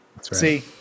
See